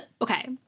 Okay